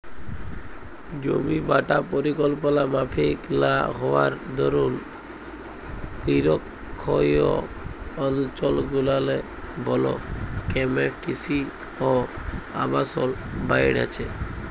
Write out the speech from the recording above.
জমিবাঁটা পরিকল্পলা মাফিক লা হউয়ার দরুল লিরখ্খিয় অলচলগুলারলে বল ক্যমে কিসি অ আবাসল বাইড়হেছে